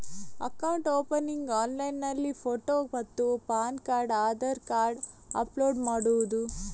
Account opening ಆನ್ಲೈನ್ನಲ್ಲಿ photo ಮತ್ತು PAN card Aadhaar card upload ಮಾಡುವುದು?